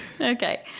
Okay